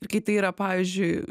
ir kai tai yra pavyzdžiui